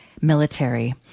military